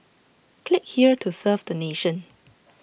click here to serve the nation